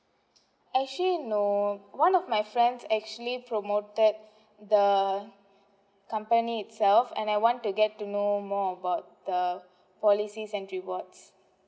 actually no one of my friends actually promoted the company itself and I want to get to know more about the policy and rewards